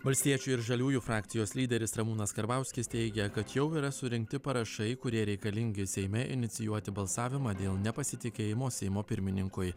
valstiečių ir žaliųjų frakcijos lyderis ramūnas karbauskis teigia kad jau yra surinkti parašai kurie reikalingi seime inicijuoti balsavimą dėl nepasitikėjimo seimo pirmininkui